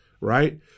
right